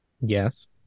Yes